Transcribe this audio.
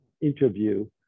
interview